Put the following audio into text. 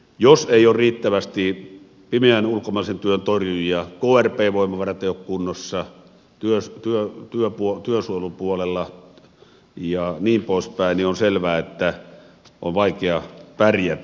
jos ei ole riittävästi pimeän ulkomaisen työn torjujia krpn voimavarat eivät ole kunnossa työsuojelupuolella ja niin poispäin niin on selvää että on vaikea pärjätä